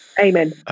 amen